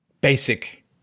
basic